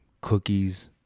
cookies